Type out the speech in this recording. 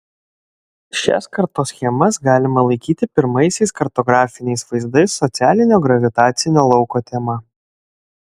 šias kartoschemas galima laikyti pirmaisiais kartografiniais vaizdais socialinio gravitacinio lauko tema